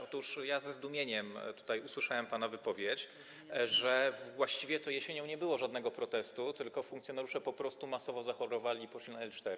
Otóż ja ze zdumieniem słuchałem pana wypowiedzi, że właściwie to jesienią nie było żadnego protestu, tylko funkcjonariusze po prostu masowo zachorowali i poszli na L4.